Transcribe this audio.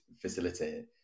facilitate